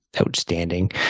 outstanding